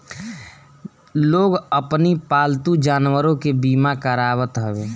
लोग अपनी पालतू जानवरों के बीमा करावत हवे